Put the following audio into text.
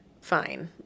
fine